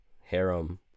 harem